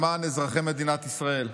למען אזרחי מדינת ישראל.